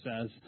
says